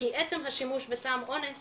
כי עצם השימוש בסם אונס